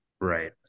Right